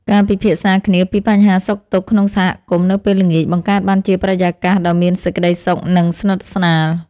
ការពិភាក្សាគ្នាពីបញ្ហាសុខទុក្ខក្នុងសហគមន៍នៅពេលល្ងាចបង្កើតបានជាបរិយាកាសដ៏មានសេចក្តីសុខ និងស្និទ្ធស្នាល។